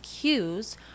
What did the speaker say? cues